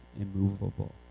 immovable